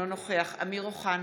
אינו נוכח אמיר אוחנה,